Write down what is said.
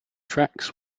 tracks